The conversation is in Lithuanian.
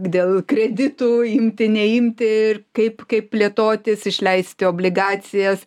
dėl kreditų imti neimti ir kaip kaip plėtotis išleisti obligacijas